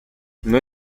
noi